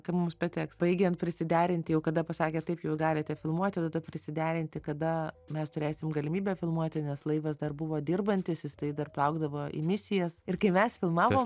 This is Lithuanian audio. kad mums pateks baigiant prisiderinti jau kada pasakė taip jūs galite filmuoti tada prisiderinti kada mes turėsim galimybę filmuoti nes laivas dar buvo dirbantis jisai dar plaukdavo į misijas ir kai mes filmavom